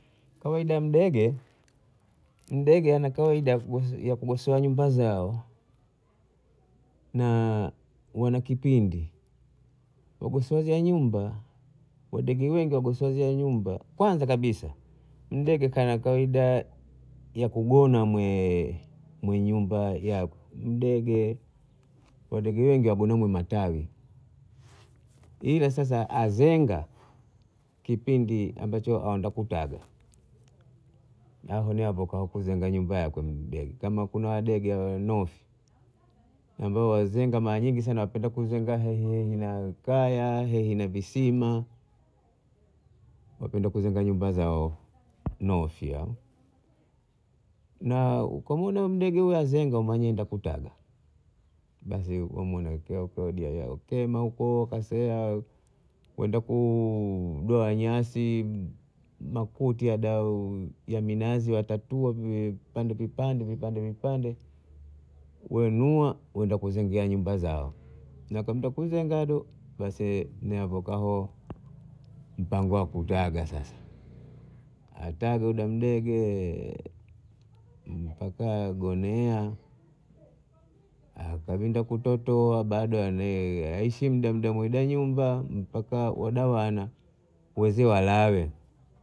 Kawaida ya mdege, mdege ana kawaida ya kug- gosoa nyumba zao na wana kipindi. Wagosoege nyumba, wadege wengi wagosoege nyumba, kwanza kabisa mdege kana kawaida ya kugona mwe- mwenye nyumba yakwe. Mdege wadege wengi wagona mwe matawi ila sasa azenga kipindi ambacho aonda kutaga ahonapo kuzenga nyumba yakwe mdege. Kama kuna wadege hawa wanofi ambao wazenga mara nyingi sana wapenda kuzenga hehehe na kaya, hehehe na visima, wapenda kuzenga nyumba zao nofya. Na kamuona mdege azenga umanyenda kutaga, basi wamuona wakyakuoda yaukyema kasea wenda kuu- kudoa nyasi makuu uti ya dau ya minazi watatua vipande vipande vipande, wainua waenda kuzengea nyumba zao na kyimba kuzengado basi nevakahao mpango wa kutaga sasa ataga uda mdege mpaka gonea akwenda kutotoa bado ane aishi muda muda nyumba mpaka wada wana wazae walawe.